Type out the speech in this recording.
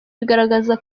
bigaragaza